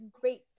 great